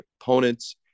opponents